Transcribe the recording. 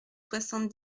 soixante